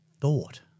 thought